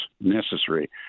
necessary